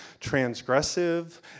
transgressive